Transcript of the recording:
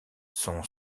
son